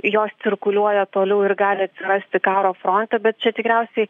jos cirkuliuoja toliau ir gali atsirasti karo fronte bet čia tikriausiai